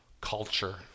culture